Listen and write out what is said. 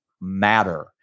matter